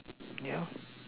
yeah